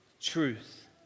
truth